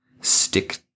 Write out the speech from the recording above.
stick